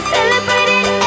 Celebrating